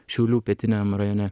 šiaulių pietiniam rajone